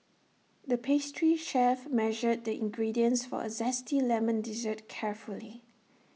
the pastry chef measured the ingredients for A Zesty Lemon Dessert carefully